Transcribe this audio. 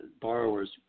borrowers